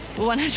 one hundred,